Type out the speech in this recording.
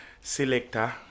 Selector